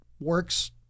works